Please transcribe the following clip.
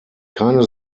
keine